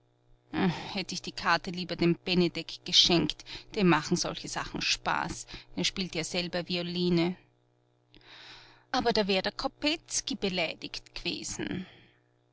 hätt ich die karte lieber dem benedek geschenkt dem machen solche sachen spaß er spielt ja selber violine aber da wär der kopetzky beleidigt gewesen